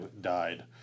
died